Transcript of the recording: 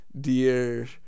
dear